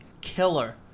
killer